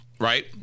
right